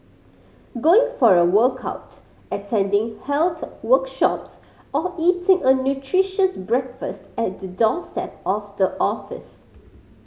going for a workout attending health workshops or eating a nutritious breakfast at the doorstep of the office